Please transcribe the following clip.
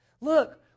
Look